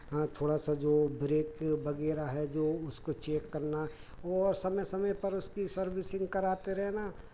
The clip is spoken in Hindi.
हाँ थोड़ा सा जो ब्रेक वगैरह है जो उसको चेक करना और समय समय पर उसकी सर्विसिंग कराते रहना